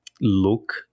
look